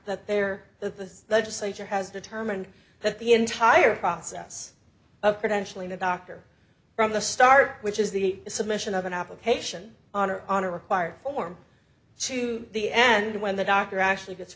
that they are the legislature has determined that the entire process of credentialing the doctor from the start which is the submission of an application on or on a required form to the end when the doctor actually gets